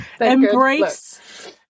embrace